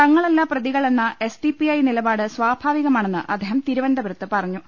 തങ്ങളല്ല പ്രതികൾ എന്ന എസ്ഡിപിഐ നിലപാട് സ്വാഭാവികമാണെന്ന് അദ്ദേഹം തിരുവനന്തപുരത്ത് പറ ഞ്ഞു